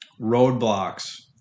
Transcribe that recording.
roadblocks